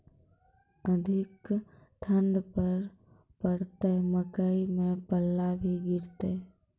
अधिक ठंड पर पड़तैत मकई मां पल्ला भी गिरते?